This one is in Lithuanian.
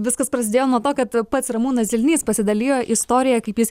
viskas prasidėjo nuo to kad pats ramūnas zilnys pasidalijo istorija kaip jis